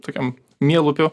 tokiam mielupių